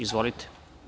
Izvolite.